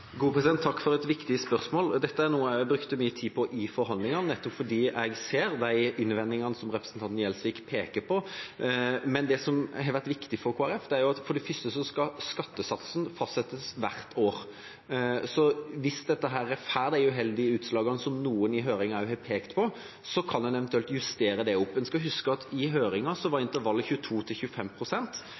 Takk for et viktig spørsmål. Dette er noe jeg brukte mye tid på i forhandlingene nettopp fordi jeg ser de innvendingene som representanten Gjelsvik peker på. Det som har vært viktig for Kristelig Folkeparti, er at skattesatsen skal fastsettes hvert år, så hvis dette får de utslagene som noen i høringen også har pekt på, kan en eventuelt justere det opp. En skal huske at i høringen gjaldt intervallet